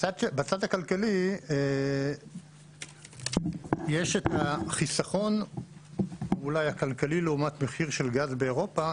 בצד הכלכלי יש את החיסכון אולי הכלכלי לעומת מחיר של גז באירופה.